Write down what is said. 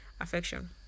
affection